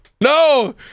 No